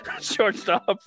Shortstop